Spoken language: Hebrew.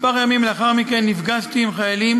ימים מספר לאחר מכן נפגשתי עם חיילים